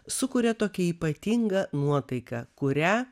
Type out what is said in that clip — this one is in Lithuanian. sukuria tokią ypatingą nuotaiką kurią